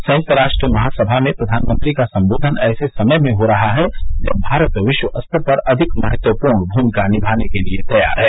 संयुक्त राष्ट्र महासभा में प्रधानमंत्री का संबोधन ऐसे समय हो रहा है जब भारत विश्व स्तर पर अधिक महत्वपूर्ण भूमिका निभाने के लिए तैयार है